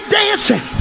dancing